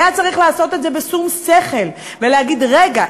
היה צריך לעשות את זה בשום שכל ולהגיד: רגע,